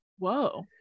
Whoa